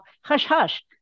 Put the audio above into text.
hush-hush